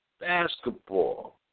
Basketball